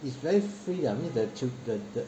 it's very free lah means the chi~ the the